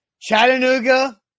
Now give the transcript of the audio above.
Chattanooga